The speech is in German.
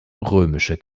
römischer